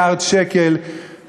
יש 7 מיליארד שקל שרובם,